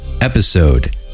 episode